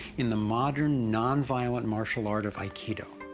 in the modern non-violent martial art of aikido.